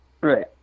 right